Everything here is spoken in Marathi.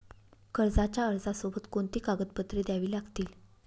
कर्जाच्या अर्जासोबत कोणती कागदपत्रे द्यावी लागतील?